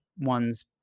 one's